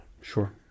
Sure